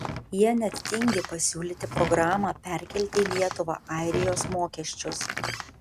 jie net tingi pasiūlyti programą perkelti į lietuvą airijos mokesčius